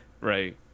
right